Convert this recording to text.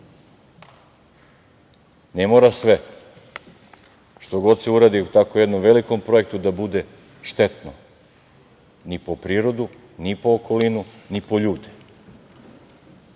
mora sve što se uradi u tako jednom velikom projektu da bude štetno ni po prirodu, ni po okolinu, ni po ljude.